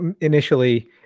initially